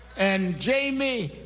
and jamie,